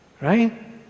Right